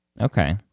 Okay